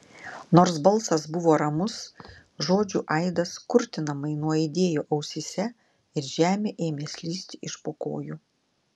nors balsas buvo ramus žodžių aidas kurtinamai nuaidėjo ausyse ir žemė ėmė slysti iš po kojų